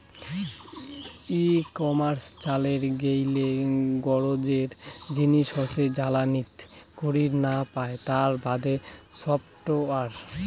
ই commerce চালের গেইলে গরোজের জিনিস হসে জালিয়াতি করির না পায় তার বাদে সফটওয়্যার